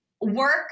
work